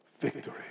victory